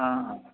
অঁ অঁ